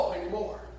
anymore